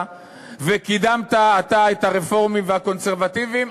וקידמת אתה את הרפורמים והקונסרבטיבים.